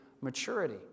maturity